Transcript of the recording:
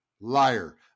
Liar